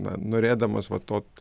na norėdamas vartot